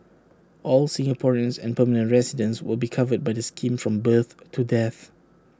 all Singaporeans and permanent residents will be covered by the scheme from birth to death